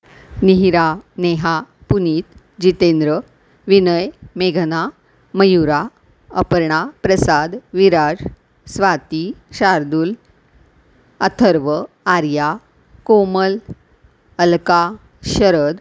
निहिरा नेहा पुनीत जितेंद्र विनय मेघना मयुरा अपर्णा प्रसाद विराज स्वाती शार्दुल अथर्व आर्या कोमल अलका शरद